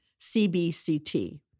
CBCT